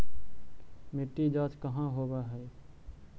मिट्टी जाँच कहाँ होव है?